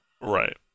Right